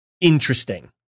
interesting